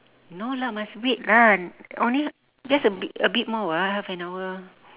no lah must wait lah only just a bit a bit more [what] half an hour